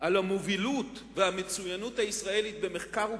על המובילות והמצוינות הישראלית במחקר ופיתוח,